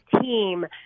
team